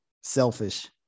selfish